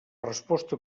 resposta